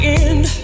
end